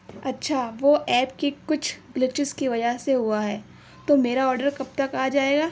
اچھا وہ ایپ کی کچھ گلیچیز کی وجہ سے ہوا ہے تو میرا آڈر کب تک آ جائے گا